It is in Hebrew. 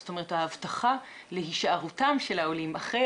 זאת אומרת ההבטחה להישארותם של העולים אחרי